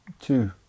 Two